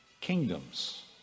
kingdoms